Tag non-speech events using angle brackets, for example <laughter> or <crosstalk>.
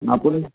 <unintelligible>